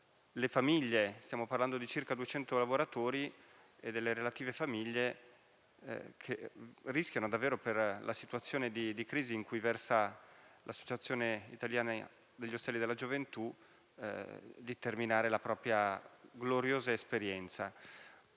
le famiglie (stiamo parlando di circa 200 lavoratori e delle relative famiglie), che rischiano per la situazione di crisi in cui versa l'Associazione italiana alberghi per la gioventù, la quale potrebbe terminare la propria gloriosa esperienza.